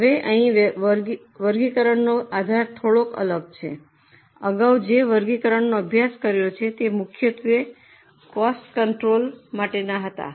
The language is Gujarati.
હવે અહીં વર્ગીકરણનો આધાર થોડો અલગ છે અગાઉ જે વર્ગીકરણનો અભ્યાસ કર્યો છે તે મુખ્યત્વે કોસ્ટ કંટ્રોલ માટે હતા